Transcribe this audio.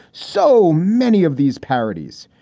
so many of these parodies.